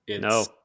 No